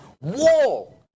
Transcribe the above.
wall